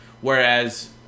Whereas